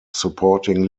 supporting